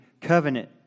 covenant